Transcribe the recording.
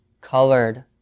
colored